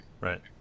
Right